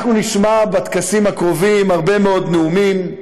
אנחנו נשמע בטקסים הקרובים הרבה מאוד נאומים,